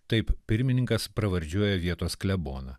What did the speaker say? taip pirmininkas pravardžiuoja vietos kleboną